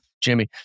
Jimmy